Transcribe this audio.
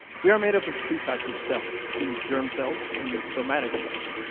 we are made up of two types of cells, the germ cells and the somatic cells.